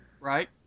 Right